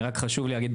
אבל חשוב לי להגיד,